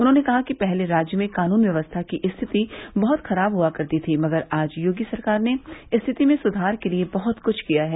उन्होंने कहा कि पहले राज्य में कानून व्यवस्था की स्थिति बहुत खराब हुआ करती थी मगर आज योगी सरकार ने स्थिति में सुधार के लिये बहत कृष्ठ किया है